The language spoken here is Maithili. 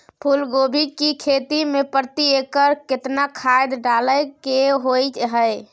फूलकोबी की खेती मे प्रति एकर केतना खाद डालय के होय हय?